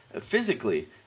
physically